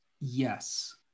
Yes